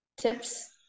tips